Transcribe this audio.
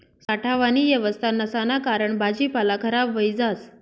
साठावानी येवस्था नसाना कारण भाजीपाला खराब व्हयी जास